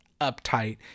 uptight